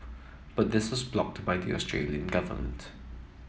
but this was blocked by the Australian government